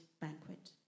banquet